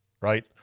right